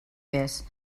vés